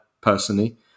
personally